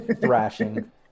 Thrashing